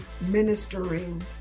ministering